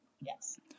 yes